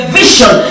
vision